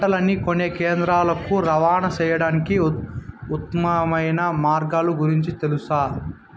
పంటలని కొనే కేంద్రాలు కు రవాణా సేయడానికి ఉత్తమమైన మార్గాల గురించి తెలుసా?